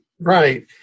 Right